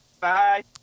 Bye